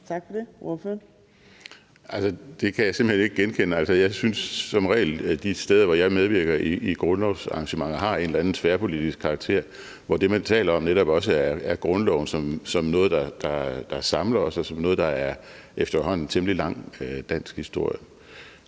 Henrik Dahl (LA): Det kan jeg simpelt hen ikke genkende. Altså, jeg synes, at de steder, hvor jeg medvirker i grundlovsarrangementer, som regel har en eller anden tværpolitisk karakter, hvor det, man taler om, netop også er grundloven som noget, der samler os, og som noget, der efterhånden er dansk historie